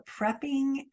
prepping